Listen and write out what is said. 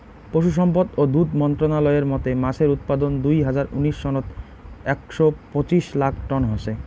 পশুসম্পদ ও দুধ মন্ত্রালয়ের মতে মাছের উৎপাদন দুই হাজার উনিশ সনত একশ পঁচিশ লাখ টন হসে